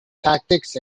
tactics